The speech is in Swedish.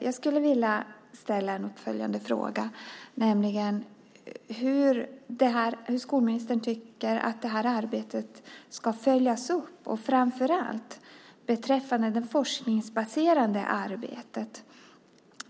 Jag skulle dock vilja ställa en uppföljande fråga: Hur tycker skolministern att detta arbete ska följas upp framför allt beträffande det forskningsbaserade arbetet?